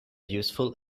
useful